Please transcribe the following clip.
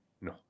No